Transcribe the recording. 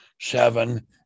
seven